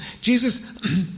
Jesus